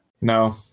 No